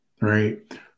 right